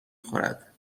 خورد